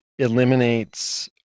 eliminates